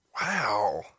Wow